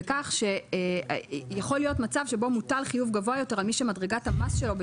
זה למצב שבו מוטל חיוב גבוה יותר על מי שמדרגת המס שלו,